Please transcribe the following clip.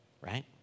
right